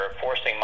forcing